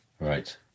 Right